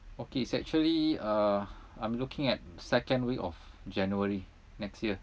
okay it's actually uh I'm looking at second week of january next year